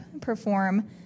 perform